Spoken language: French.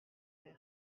berck